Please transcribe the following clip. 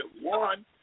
one